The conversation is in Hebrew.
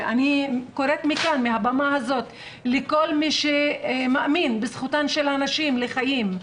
ואני קוראת מהבמה הזאת לכל מי שמאמין בזכותן של הנשים לחיים,